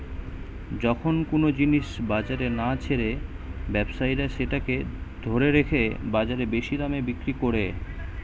যখন কুনো জিনিস বাজারে না ছেড়ে ব্যবসায়ীরা সেটাকে ধরে রেখে বাজারে বেশি দামে বিক্রি কোরে